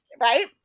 Right